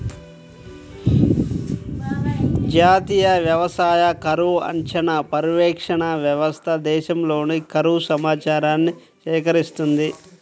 జాతీయ వ్యవసాయ కరువు అంచనా, పర్యవేక్షణ వ్యవస్థ దేశంలోని కరువు సమాచారాన్ని సేకరిస్తుంది